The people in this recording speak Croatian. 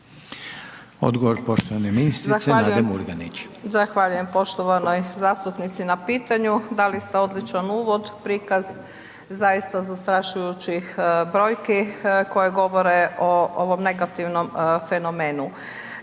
Odgovor poštovane ministrice Nade Murganić. **Murganić, Nada (HDZ)** Zahvaljujem poštovanoj zastupnici na pitanju. Dali ste odličan uvod, prikaz, zaista zastrašujućih brojki, koji govore o ovom negativnom fenomenu.